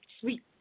sweet